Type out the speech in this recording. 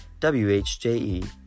WHJE